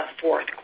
fourth